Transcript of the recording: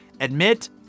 Admit